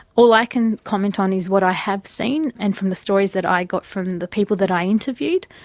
all i can comment on is what i have seen and from the stories that i got from the people that i interviewed.